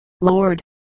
Lord